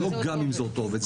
זה לא גם אם זה אותו עובד,